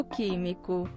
Químico